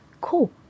Cool